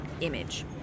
image